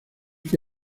que